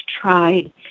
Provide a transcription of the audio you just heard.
tried